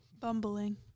Bumbling